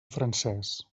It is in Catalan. francès